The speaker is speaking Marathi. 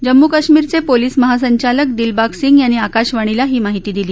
जम्मू कश्मीरचे पोलिस महासंचालक दिलबाग सिंग यांनी आकाशवाणीला ही माहिती दिली